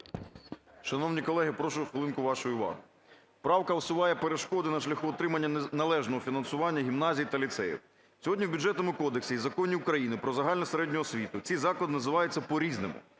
Шановні колеги, прошу хвилинку вашої уваги. Правка усуває перешкоди на шляху отримання належного фінансування гімназій та ліцеїв. Сьогодні в Бюджетному кодексі і Законі України "Про загальну середню освіту" ці заклади називаються по-різному: